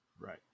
right